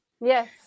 Yes